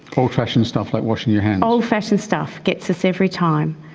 old-fashioned stuff like washing your hands. old-fashioned stuff, gets us every time.